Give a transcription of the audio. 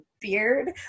beard